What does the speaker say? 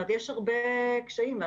יש הרבה קשיים.